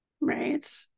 Right